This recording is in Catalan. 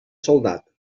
soldat